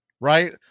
right